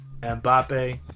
mbappe